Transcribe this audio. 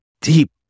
deep